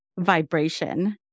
vibration